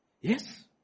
Yes